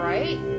Right